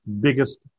biggest